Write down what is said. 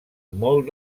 molt